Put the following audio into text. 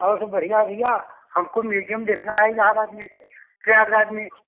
और सब बढ़िया भईया हमको म्युजियम देखना है इलाहाबाद में प्रयागराज में